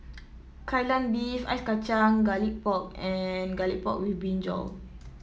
Kai Lan Beef Ice Kacang Garlic Pork and Garlic Pork with brinjal